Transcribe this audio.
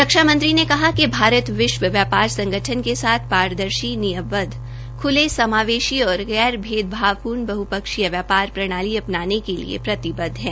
रक्षा मंत्री ने कहा कि भारत विश्व व्यापार संगठन के साथ पारदर्शी नियमबद्व खुले समावेशी और गैर भेदभावपूर्ण बहुपक्षीय व्यापार प्रणाली अपनाने के लिए प्रतिबद्ध है